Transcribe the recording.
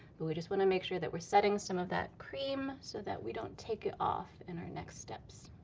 but we just want to make sure that we're setting some of that cream so that we don't take it off in our next steps.